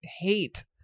hate